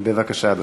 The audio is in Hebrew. בבקשה, אדוני.